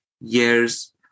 years